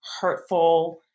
hurtful